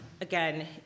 again